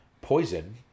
Poison